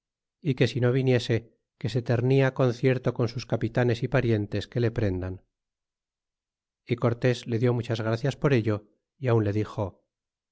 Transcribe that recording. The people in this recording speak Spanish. y que si no viniese que se ternia concierto con sus capitanes y parientes que le prendan y cortes le dió muchas gracias por ello y aun le dixo